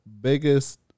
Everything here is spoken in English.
biggest